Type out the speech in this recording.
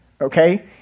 okay